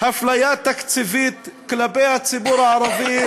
אפליה תקציבית כלפי הציבור הערבי,